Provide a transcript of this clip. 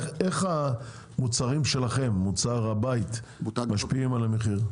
איך המוצרים שלכם, מוצר הבית, משפיעים על המחיר?